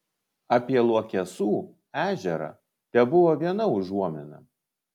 apie luokesų ežerą tebuvo viena užuomina